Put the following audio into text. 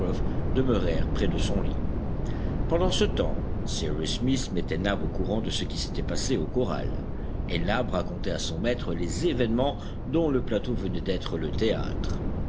demeurèrent près de son lit pendant ce temps cyrus smith mettait nab au courant de ce qui s'était passé au corral et nab racontait à son maître les événements dont le plateau venait d'être le théâtre